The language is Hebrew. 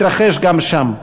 התרחש גם שם.